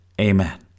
Amen